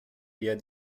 eher